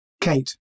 Kate